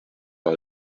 par